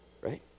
right